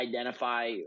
identify